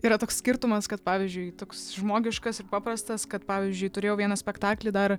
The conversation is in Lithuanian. yra toks skirtumas kad pavyzdžiui toks žmogiškas ir paprastas kad pavyzdžiui turėjau vieną spektaklį dar